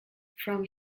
from